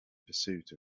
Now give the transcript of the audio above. pursuit